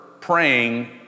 praying